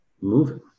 moving